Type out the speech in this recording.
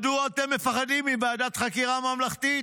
מדוע אתם מפחדים מוועדת חקירה ממלכתית?"